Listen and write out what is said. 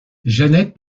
janet